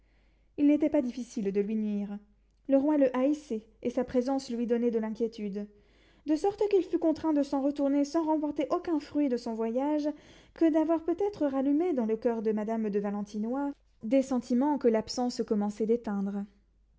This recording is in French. il n'était pas difficile de lui nuire le roi le haïssait et sa présence lui donnait de l'inquiétude de sorte qu'il fut contraint de s'en retourner sans remporter aucun fruit de son voyage que d'avoir peut-être rallumé dans le coeur de madame de valentinois des sentiments que l'absence commençait d'éteindre